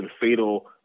fatal